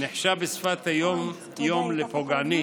נחשב בשפת היום-יום לפוגעני,